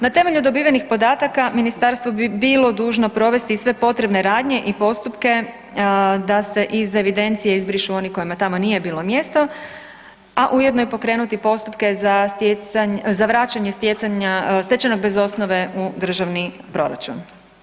Na temelju dobivenih podataka ministarstvo bi bilo dužno provesti i sve potrebne radnje i postupke da se iz evidencije izbrišu oni kojima tamo nije bilo mjesto, a ujedno i pokrenuti postupke za vraćanje stjecanja, stečenog bez osnove u državni proračun.